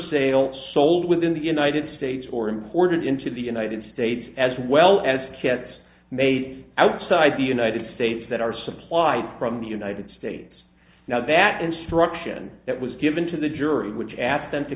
sale sold within the united states or imported into the united states as well as kits made outside the united states that are supplied from the united states now that instruction that was given to the jury which asked them to